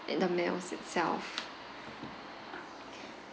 in the meals itself